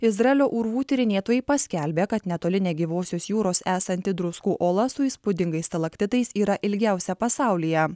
izraelio urvų tyrinėtojai paskelbė kad netoli negyvosios jūros esanti druskų ola su įspūdingais stalaktitais yra ilgiausia pasaulyje